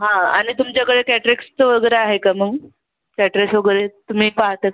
हा आणि तुमच्याकडे कॅट्रेक्सचं वगैरे आहे का मग कॅट्रेक्स वगैरे तुम्ही पाहतात